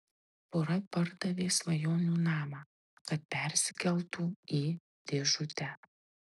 pora pardavė svajonių namą kad persikeltų į dėžutę